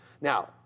Now